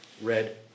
red